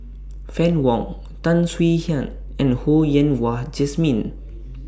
Fann Wong Tan Swie Hian and Ho Yen Wah Jesmine